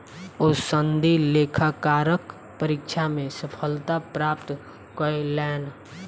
ओ सनदी लेखाकारक परीक्षा मे सफलता प्राप्त कयलैन